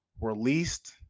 released